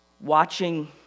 watching